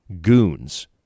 goons